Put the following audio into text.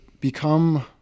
become